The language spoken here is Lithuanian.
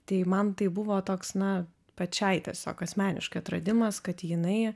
tai man tai buvo toks na pačiai tiesiog asmeniškai atradimas kad jinai